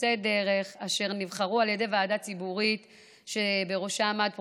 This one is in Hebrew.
פורצי דרך אשר נבחרו על ידי ועדה ציבורית שבראשה עמד פרופ'